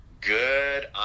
good